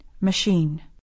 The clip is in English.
Machine